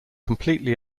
completely